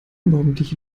morgendliche